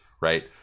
right